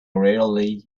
rarely